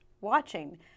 watching